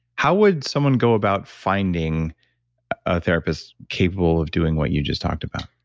how would someone go about finding a therapist capable of doing what you just talked about?